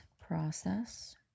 process